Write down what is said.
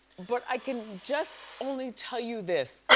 but i can just only tell you this.